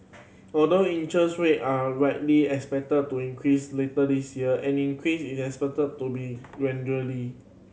although interest rate are widely expected to increase later this year any increase is expected to be gradually